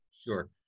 Sure